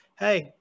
hey